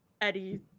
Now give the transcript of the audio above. eddie